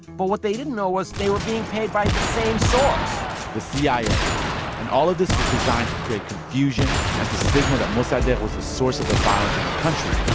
but what they didn't know was they were being paid by the same source the cia and all of this was designed to create confusion and to signal that mossadegh was the source of the violence in the country,